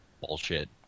bullshit